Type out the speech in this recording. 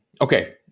Okay